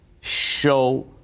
show